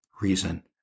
reason